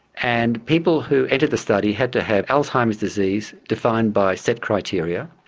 and people who entered the study had to have alzheimer's disease defined by set criteria,